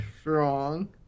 strong